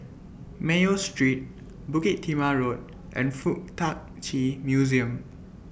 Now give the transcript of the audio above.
Mayo Street Bukit Timah Road and Fuk Tak Chi Museum